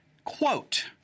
Quote